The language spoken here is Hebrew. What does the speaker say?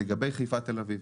לגבי חיפה תל אביב,